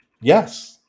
Yes